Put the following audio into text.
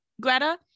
Greta